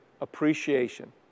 appreciation